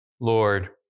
Lord